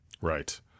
Right